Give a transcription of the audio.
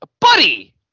Buddy